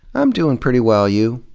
i'm doing pretty well. you?